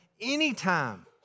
anytime